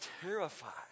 terrified